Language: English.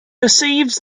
receives